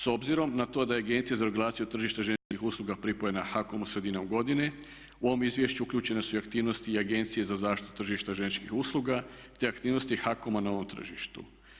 S obzirom da je Agencija za regulaciju tržišta željezničkih usluga pripojena HAKOM-u sredinom godine u ovom izvješću uključene su i aktivnosti Agencije za zaštitu tržišta željezničkih usluga, te aktivnosti HAKOM-a na ovom tržištu.